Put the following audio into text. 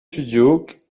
studios